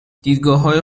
دیدگاههای